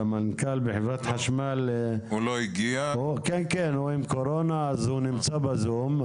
סמנכ"ל בחברת חשמל עם קורונה ולכן הוא ב-זום.